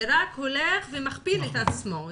זה רק הולך ומכפיל את עצמו,